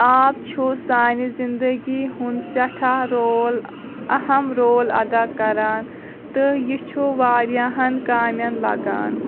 آب چھُ سانہِ زندگی ہُنٛد سٮ۪ٹھاہ رول اہم رول ادا کران تہٕ یہِ چھُ واریاہن کامٮ۪ن لگان